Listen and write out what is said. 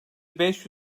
beş